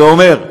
זה אומר: